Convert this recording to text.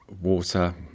water